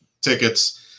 tickets